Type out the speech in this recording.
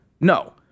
No